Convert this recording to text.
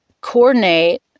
coordinate